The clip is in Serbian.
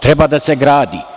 Treba da se gradi.